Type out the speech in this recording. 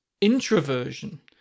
introversion